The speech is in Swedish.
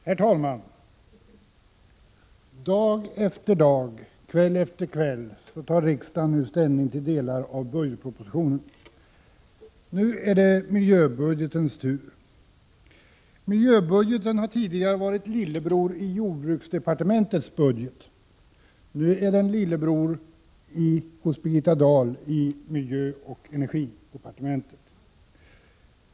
Herr talman! Dag efter dag, kväll efter kväll tar riksdagen nu ställning till delar av budgetpropositionen. Nu är det miljöbudgetens tur. Miljöbudgeten har tidigare varit lillebror i jordbruksdepartementets budget. Nu är den lillebror hos Birgitta Dahl i miljöoch energidepartementet.